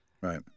Right